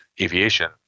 aviation